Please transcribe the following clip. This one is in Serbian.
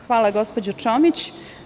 Hvala gospođo Čomić.